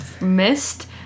missed